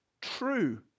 true